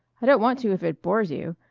i don't want to if it bores you.